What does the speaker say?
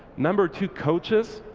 number two, coaches.